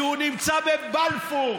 שהוא נמצא בבלפור.